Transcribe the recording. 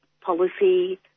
policy